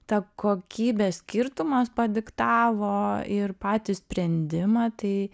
ta kokybė skirtumas padiktavo ir patį sprendimą tai